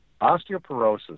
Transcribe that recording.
osteoporosis